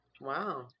wow